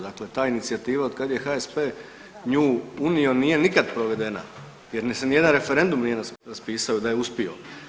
Dakle, ta inicijativa od kad je HSP nju unio nije nikad provedena jer mislim ni jedan referendum nije raspisao da je uspio.